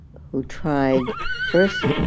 who tried first.